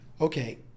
okay